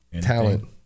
Talent